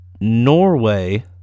Norway